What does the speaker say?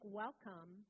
welcome